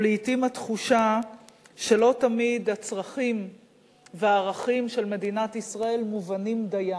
הוא לעתים התחושה שלא תמיד הצרכים והערכים של מדינת ישראל מובנים דיים.